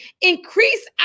increase